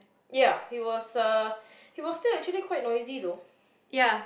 ya he was uh he was still actually quite noisy though